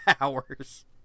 hours